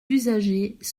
usagers